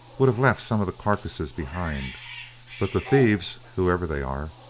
would have left some of the carcases behind but the thieves, whoever they are,